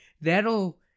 That'll